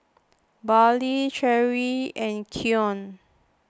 Bradly Cheri and Keion